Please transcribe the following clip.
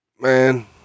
Man